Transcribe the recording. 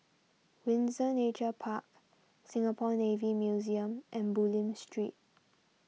Windsor Nature Park Singapore Navy Museum and Bulim Street